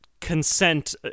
consent